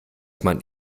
man